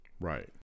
right